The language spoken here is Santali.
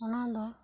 ᱚᱱᱟ ᱫᱚ